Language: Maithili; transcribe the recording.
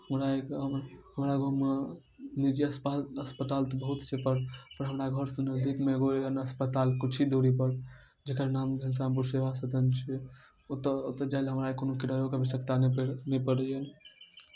पूरा एहि गाममे हमरा गाममे निजी अस्पाल अस्पताल तऽ बहुत छै पर हमरा घरसँ नजदीकमे एगो एहन अस्पताल किछु ही दूरीपर जकर नाम घनश्यामपुर सेवा सदन छै ओतऽ ओतऽ जाइलए हमरा कोनो किराओके आवश्यकता नहि पड़ि नहि पड़ैए